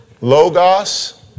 Logos